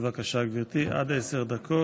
בבקשה, גברתי, עד עשר דקות.